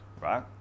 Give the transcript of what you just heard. right